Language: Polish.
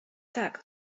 tak